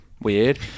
weird